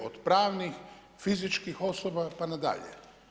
Od pravnih, fizičkih osoba pa nadalje.